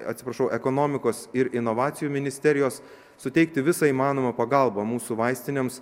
atsiprašau ekonomikos ir inovacijų ministerijos suteikti visą įmanomą pagalbą mūsų vaistinėms